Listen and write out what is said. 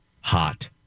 hot